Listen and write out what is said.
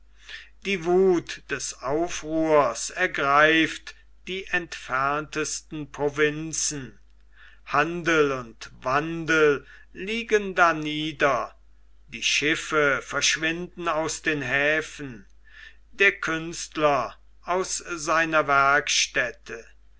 die wuth des aufruhrs ergreift die entferntesten provinzen handel und wandel liegen darnieder die schiffe verschwinden aus den häfen der künstler aus seiner werkstätte